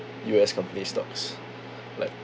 U_S company stocks like